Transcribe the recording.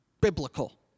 biblical